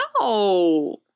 No